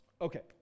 Okay